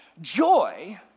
joy